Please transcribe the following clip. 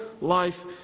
life